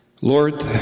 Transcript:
Lord